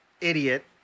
idiot